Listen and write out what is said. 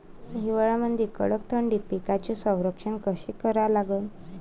हिवाळ्यामंदी कडक थंडीत पिकाचे संरक्षण कसे करा लागन?